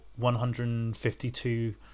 152